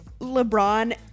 LeBron